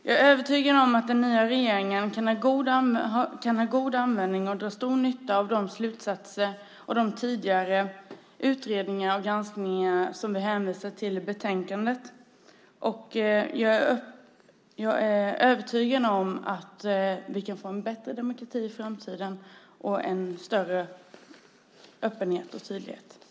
Jag är övertygad om att regeringen kan ha god användning och dra stor nytta av de slutsatser och de tidigare utredningar och granskningar som vi hänvisar till i betänkandet och att vi kan få en bättre demokrati och en större öppenhet och tydlighet i framtiden.